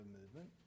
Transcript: movement